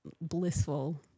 blissful